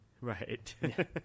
right